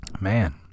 man